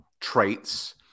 traits